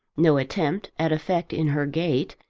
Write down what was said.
no attempt at effect in her gait,